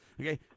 Okay